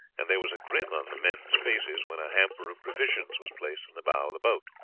and there was a grin on the men's faces when a hamper of provisions was placed in the bow of the boat.